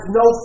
no